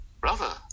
brother